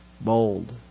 Bold